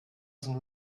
sind